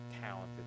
talented